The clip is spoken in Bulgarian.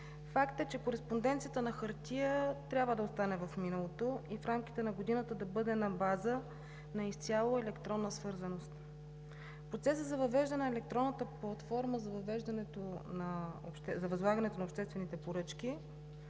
Факт е, че кореспонденцията на хартия трябва да остане в миналото и в рамките на годината да бъде на база на изцяло електронна свързаност. Процесът за въвеждане на електронната платформа за възлагането на обществените поръчки,